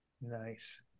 Nice